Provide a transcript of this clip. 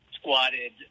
squatted